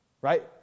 Right